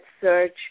search